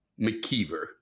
mckeever